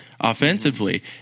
offensively